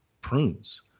prunes